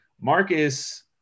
Marcus